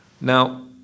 Now